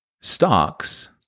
stocks